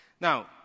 Now